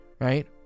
right